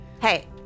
Hey